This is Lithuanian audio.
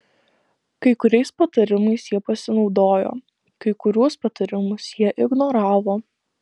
kai kuriais patarimais jie pasinaudojo kai kuriuos patarimus jie ignoravo